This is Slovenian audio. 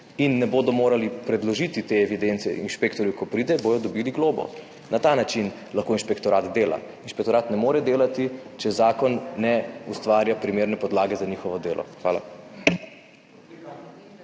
in ne bodo predložili inšpektorju, ko pride, dobili globo. Na ta način lahko inšpektorat dela. Inšpektorat ne more delati, če zakon ne ustvarja primerne podlage za njihovo delo. Hvala.